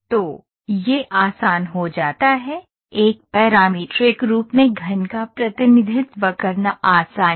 तो यह आसान हो जाता है एक पैरामीट्रिक रूप में घन का प्रतिनिधित्व करना आसान है